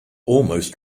almost